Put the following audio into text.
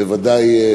בוודאי,